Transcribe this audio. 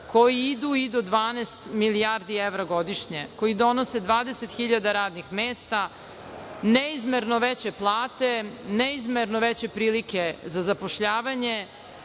koji idu i do 12 milijardi evra godišnje, koji donose 20.000 radnih mesta, neizmerno veće plate, neizmerno veće prilike za zapošljavanje,